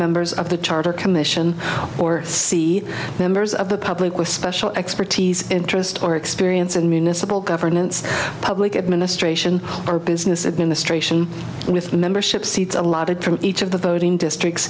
members of the charter commission or see members of the public with special expertise interest or experience in municipal governance public administration or business administration with membership seats allotted to each of the voting districts